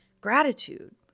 Gratitude